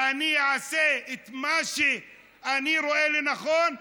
אני אעשה את מה שאני רואה לנכון,